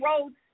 roads